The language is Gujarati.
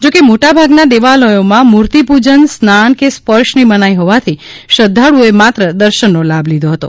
જો કે મોટાભાગના દેવાલયોમાં મુર્તીપુજન સ્નાન કે સ્પર્શની મનાઇ હોવાથી શ્રધ્ધાળુઓએ માત્ર દર્શનનો લાભ લીધો હતો